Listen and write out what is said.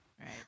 right